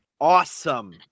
awesome